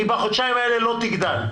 בחודשיים האלו היא לא תגדל.